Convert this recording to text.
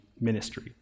ministry